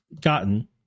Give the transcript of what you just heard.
gotten